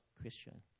Christian